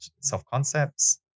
self-concepts